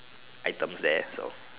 items there so